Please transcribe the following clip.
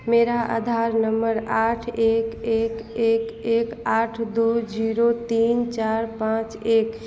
मेरा आधार नम्बर आठ एक एक एक एक आठ दो जीरो तीन चार पाँच एक है